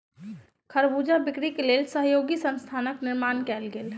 खरबूजा बिक्री के लेल सहयोगी संस्थानक निर्माण कयल गेल